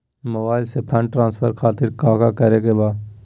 Mobile से fund transfer खातिर काका करे के बा?